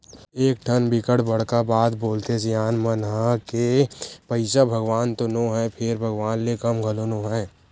एकठन बिकट बड़का बात बोलथे सियान मन ह के पइसा भगवान तो नो हय फेर भगवान ले कम घलो नो हय